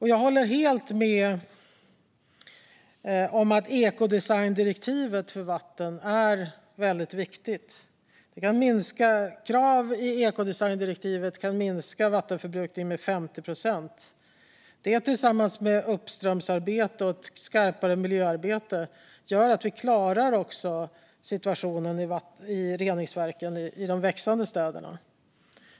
Jag håller helt med om att ekodesigndirektivet för vatten är väldigt viktigt. Hårdare krav i ekodesigndirektivet kan minska vattenförbrukningen med 50 procent. Detta tillsammans med ett uppströmsarbete och ett skarpare miljöarbete gör att vi klarar situationen i reningsverken i de växande städerna.